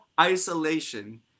isolation